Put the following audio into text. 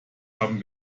haben